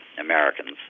Americans